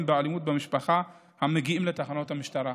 באלימות במשפחה המגיעים לתחנות המשטרה.